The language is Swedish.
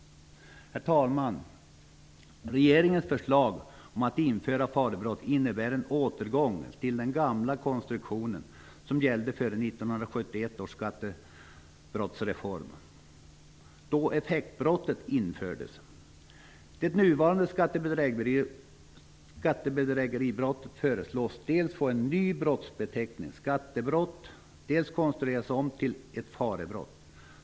Herr talman! Regeringens förslag om att införa farebrott innebär en återgång till den gamla konstruktionen som gällde före 1971 års skattebrottsreform, då effektbrottet infördes. Det nuvarande skattebedrägeribrottet föreslås dels få en ny brottsbeteckning - skattebrott - dels konstrueras om till ett farebrott.